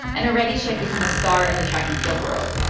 and already she had become a star in the track and field world.